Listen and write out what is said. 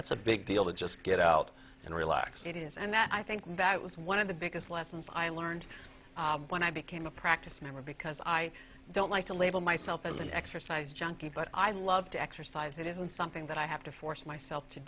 that's a big deal to just get out and relax it is and that i think that was one of the biggest lessons i learned when i became a practice member because i don't like to label myself as an exercise junkie but i love to exercise it isn't something that i have to force myself to